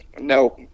No